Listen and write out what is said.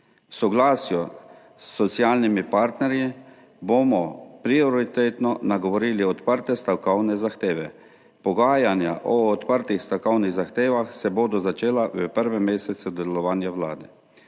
soglasju s socialnimi partnerji bomo prioritetno nagovorili odprte stavkovne zahteve. Pogajanja o odprtih stavkovnih zahtevah se bodo začela v prvem mesecu delovanja vlade.